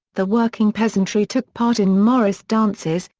the working peasantry took part in morris dances,